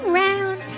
round